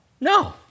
No